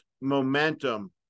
momentum